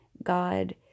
God